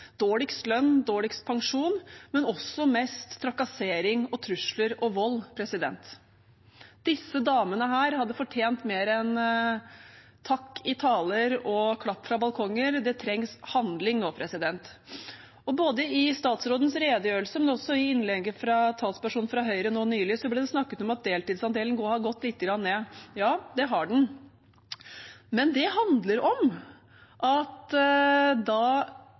dårligst lønn og dårligst pensjon, men også mest trakassering, trusler og vold. Disse damene hadde fortjent mer enn takk i taler og klapp fra balkonger. Det trengs handling nå. Både i statsrådens redegjørelse og i innlegget fra talspersonen fra Høyre nå nylig ble det snakket om at deltidsandelen nå har gått lite grann ned. Ja, det har den, men det handler om at da